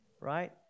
right